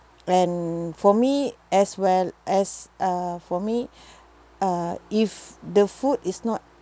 and for me as well as uh for me uh if the food is not